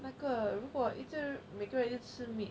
那个如果一直每个月一次 meat